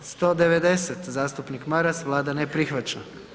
190. zastupnik Maras, Vlada ne prihvaća.